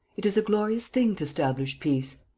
it is a glorious thing to stablish peace,